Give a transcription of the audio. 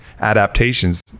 adaptations